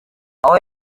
aho